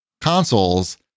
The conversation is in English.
consoles